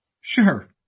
Sure